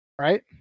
Right